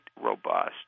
robust